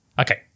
okay